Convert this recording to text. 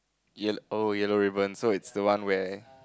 yel~ oh Yellow-Ribbon so it's the one where